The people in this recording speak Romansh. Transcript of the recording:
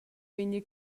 vegni